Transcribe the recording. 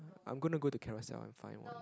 I'm gonna go to carousel and find one